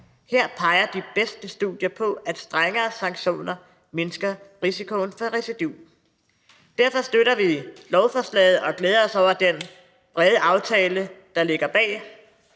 Her peger de bedste studier på, at strengere sanktioner mindsker risikoen for recidiv.« Derfor støtter vi lovforslaget og glæder os over den brede aftale, der ligger bag,